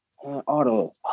auto